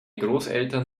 großeltern